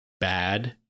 bad